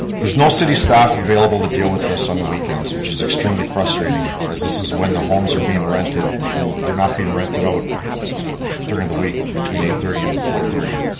there is no city staff available to deal with this on the weekends, which is extremely frustrating as this is when the homes are being rented and they're not being rented out during the week between eight thirty and four thirty.